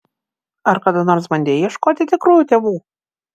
ar kada nors bandei ieškoti tikrųjų tėvų